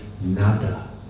nada